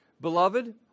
Beloved